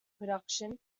production